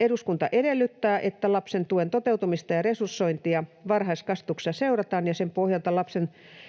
”Eduskunta edellyttää, että lapsen tuen toteutumista ja resursointia varhaiskasvatuksessa seurataan ja sen pohjalta lapsen tukea koskevan